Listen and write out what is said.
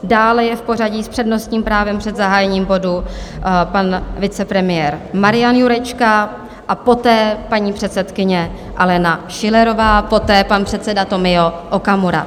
Dále je v pořadí s přednostním právem před zahájením bodu pan vicepremiér Marian Jurečka, a poté paní předsedkyně Alena Schillerová, poté pan předseda Tomio Okamura.